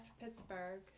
Pittsburgh